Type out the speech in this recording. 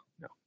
No